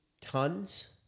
tons